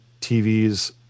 TVs